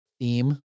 theme